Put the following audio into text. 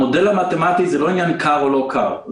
המודל המתמטי הוא לא עניין קר או לא קר.